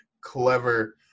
clever